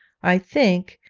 i think,